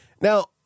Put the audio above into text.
Now